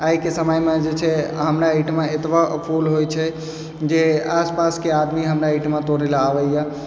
आइके समयमे जे छै हमरा एहिठमा एतबा फूल होइ छै जे आस पासके आदमी हमरा एहिठमा तोड़ै लए आबैयै